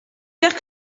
faire